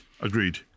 Agreed